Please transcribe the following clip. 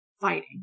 fighting